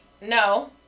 no